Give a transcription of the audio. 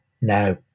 Now